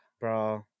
bro